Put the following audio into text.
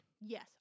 yes